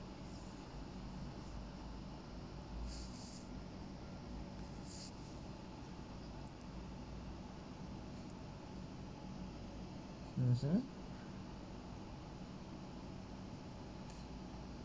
mmhmm